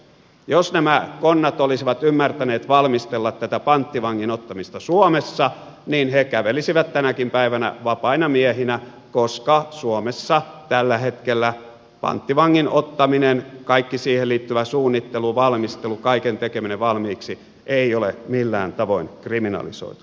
jos nämä konnat olisivat ymmärtäneet valmistella tätä panttivangin ottamista suomessa niin he kävelisivät tänäkin päivänä vapaina miehinä koska suomessa tällä hetkellä kaikki panttivangin ottamiseen liittyvä suunnittelu valmistelu kaiken tekeminen valmiiksi ei ole millään tavoin kriminalisoitu